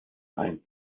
ein